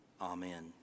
Amen